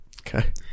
Okay